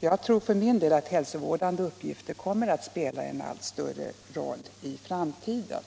Jag tror för min del att hälsovårdande uppgifter kommer att spela en allt större roll i framtiden.